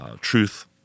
truth